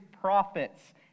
prophets